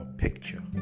picture